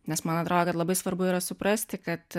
nes man atrodo kad labai svarbu yra suprasti kad